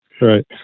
Right